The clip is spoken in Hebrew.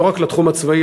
לא רק לתחום הצבאי,